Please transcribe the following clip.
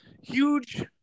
Huge